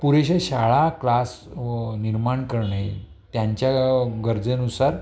पुरेश शाळा क्लास निर्माण करणे त्यांच्या गरजेनुसार